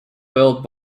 built